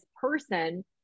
person